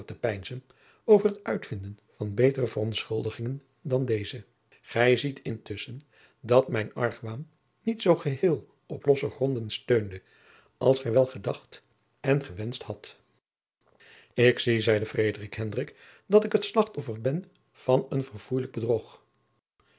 over het uitvinden van betere verontschuldigingen dan deze gij ziet intusschen dat mijn argwaan niet zoo geheel op losse gronden steunde als gij wel gedacht en gewenscht hadt ik zie zeide frederik hendrik dat ik het slachtoffer ben van een verfoeilijk bedrog